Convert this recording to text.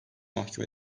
mahkum